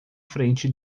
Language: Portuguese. frente